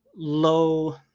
low